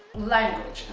language